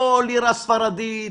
לא לירה ספרדית,